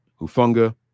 Hufunga